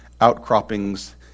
outcroppings